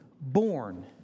born